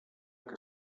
que